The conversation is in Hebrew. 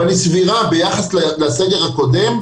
אבל היא סבירה ביחס לסגר הקודם,